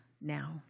now